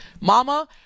Mama